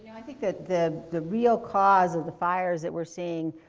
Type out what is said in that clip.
i think that the the real cause of the fires that we're seeing,